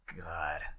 God